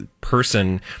person